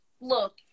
look